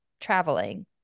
traveling